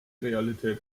realität